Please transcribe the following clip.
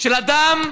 של אדם?